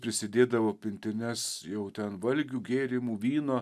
prisidėdavo pintines jau ten valgių gėrimų vyno